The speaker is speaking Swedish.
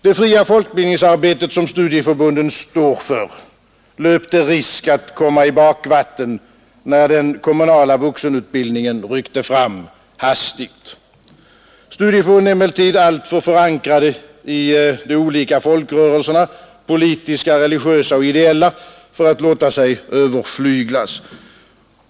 Det fria folkbildningsarbetet, som studieförbunden står för, löpte risk att komma i bakvatten, när den kommunala vuxenutbildningen ryckte fram hastigt. Studieförbunden är emellertid alltför förankrade i de olika folkrörelserna, politiska, religiösa och ideella, för att låta sig överflyglas.